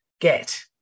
get